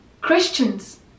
Christians